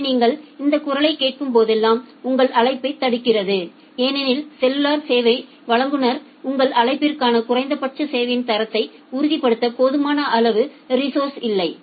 எனவே நீங்கள் இந்த குரலை கேட்கும் போதெல்லாம் உங்கள் அழைப்பைத் தடுக்கிறது ஏனெனில் செல்லுலார் சேவை வழங்குநருக்கு உங்கள் அழைப்பிற்கான குறைந்தபட்ச சேவையின் தரத்தை உறுதிப்படுத்த போதுமான அளவு ரிஸோா்ஸஸ் இல்லை